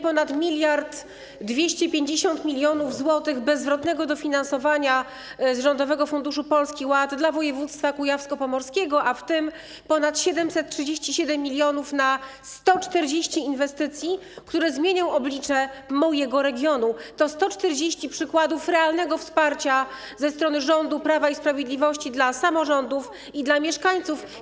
Ponad 1250 mln zł bezzwrotnego dofinansowania z Rządowego Funduszu Polski Ład dla województwa kujawsko-pomorskiego, w tym ponad 737 mln na 140 inwestycji, które zmienią oblicze mojego regionu, to 140 przykładów realnego wsparcia ze strony rządu Prawa i Sprawiedliwości dla samorządów i dla mieszkańców.